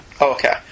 Okay